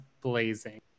blazing